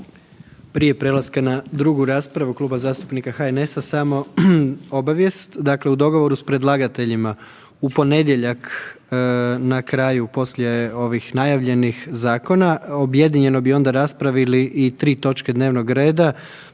Prije prelaska na drugu raspravu Kluba zastupnika HNS-a samo obavijest. Dakle u dogovoru s predlagateljima u ponedjeljak na kraju poslije ovih najavljenih zakona objedinjeno bi onda raspravili i tri točke dnevnog reda,